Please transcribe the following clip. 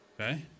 Okay